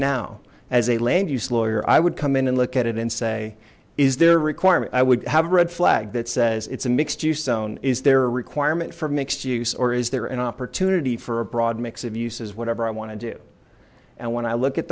now as a land use lawyer i would come in and look at it and say is there requirement i would have a red flag that says it's a mixed juice zone is there a requirement for mixed use or is there an opportunity for a broad mix of uses whatever i want to do and when i look at